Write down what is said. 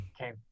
Okay